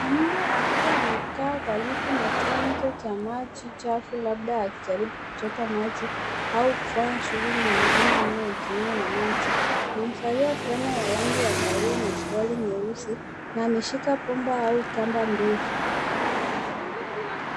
Mwanamume akiwa amekaa karibu na chanzo cha maji chafu, labda akijaribu kuchota maji au kufanya shughuli nyingine inayohusiana na maji. Amevalia fulana ya rangi ya kahawia na suruali nyeusi na ameshika bomba au kamba ndefu.